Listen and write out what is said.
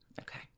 Okay